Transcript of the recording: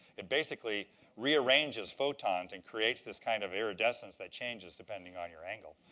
it basically rearranges photons and creates this kind of iridescence that changes depending on your angle.